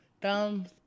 thumbs